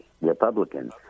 Republicans